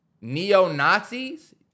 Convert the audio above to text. neo-Nazis